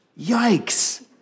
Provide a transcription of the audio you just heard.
Yikes